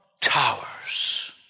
Towers